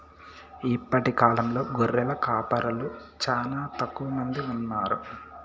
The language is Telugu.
ఇప్పటి కాలంలో గొర్రెల కాపరులు చానా తక్కువ మంది ఉన్నారు